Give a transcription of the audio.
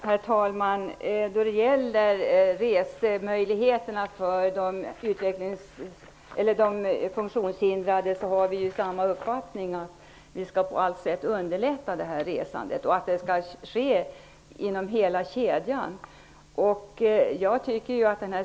Herr talman! Vi har samma uppfattning när det gäller resemöjligheterna för de funktionshindrade. Vi skall på alla sätt underlätta resandet, och det gäller hela kedjan.